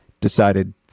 decided